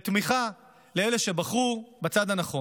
תמיכה, לאלה שבחרו בצד הנכון,